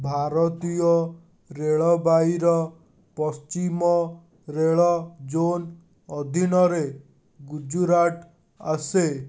ଭାରତୀୟ ରେଳବାଇର ପଶ୍ଚିମ ରେଳ ଜୋନ୍ ଅଧୀନରେ ଗୁଜୁରାଟ ଆସେ